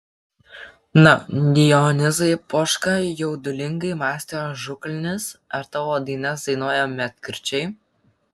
na dionizai poška jaudulingai mąstė ažukalnis ar tavo dainas dainuoja medkirčiai